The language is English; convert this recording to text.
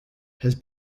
has